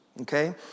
okay